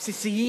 הבסיסיים